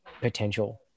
potential